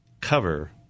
cover